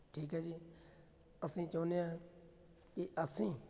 ਠੀਕ ਹੈ ਜੀ ਅਸੀਂ ਚਾਹੁੰਦੇ ਹਾਂ ਕਿ ਅਸੀਂ